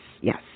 Yes